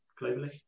globally